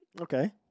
Okay